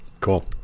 cool